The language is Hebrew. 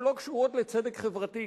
שלא קשורות לצדק חברתי,